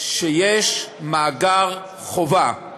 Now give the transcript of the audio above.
שיש מאגר חובה,